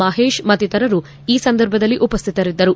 ಮಹೇಶ್ ಮತ್ತಿತರರು ಈ ಸಂದರ್ಭದಲ್ಲಿ ಉಪಸ್ಥಿತರಿದ್ದರು